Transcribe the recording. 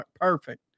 perfect